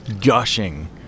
gushing